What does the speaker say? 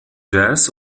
jazz